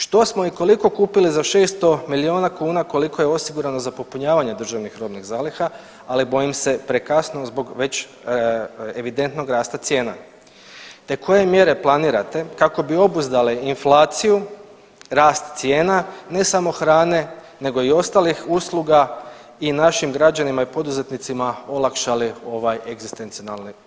Što smo i koliko kupili za 600 milijuna kuna koliko je osigurano za popunjavanje državnih robnih zaliha, ali bojim se prekasno zbog već evidentnog rasta cijena, te koje mjere planirate kako bi obuzdale inflaciju, rast cijena ne samo hrane nego i ostalih usluga i našim građanima i poduzetnicima olakšali ovaj egzistencionalni udar.